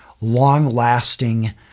long-lasting